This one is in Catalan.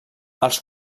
els